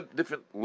different